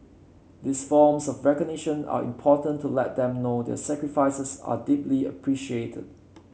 these forms of recognition are important to let them know their sacrifices are deeply appreciated